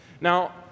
Now